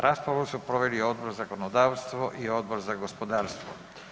Raspravu su proveli Odbor za zakonodavstvo i Odbor za gospodarstvo.